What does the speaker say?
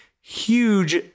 huge